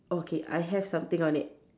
okay I have something on it